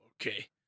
okay